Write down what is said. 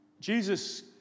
Jesus